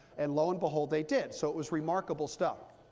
and lo and behold, they did, so it was remarkable stuff.